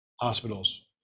hospitals